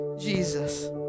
Jesus